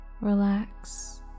Relax